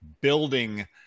building